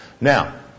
Now